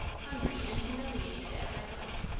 hungry and humiliated as i was,